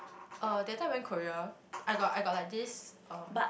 uh that time I went Korea I got I got like this um